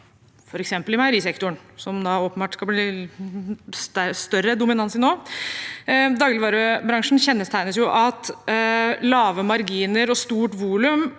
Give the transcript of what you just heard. f.eks. i meierisektoren, som det åpenbart skal bli større dominans i nå. Dagligvarebransjen kjennetegnes av at lave marginer og stort volum,